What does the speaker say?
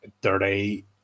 dirty